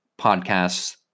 podcasts